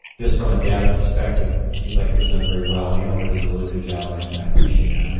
just from a data perspective, it seems like it was done very well. hanover does a really good job, and i and i appreciate that. i mean,